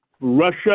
Russia